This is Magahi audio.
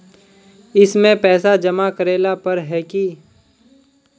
इसमें पैसा जमा करेला पर है की?